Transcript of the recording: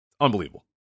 unbelievable